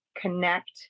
connect